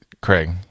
craig